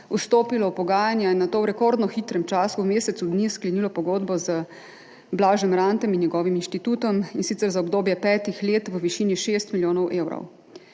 vstopilo v pogajanja in nato v rekordno hitrem času, v mesecu dni, sklenilo pogodbo z Blažem Rantom in njegovim inštitutom, in sicer za obdobje petih let, v višini šest milijonov evrov.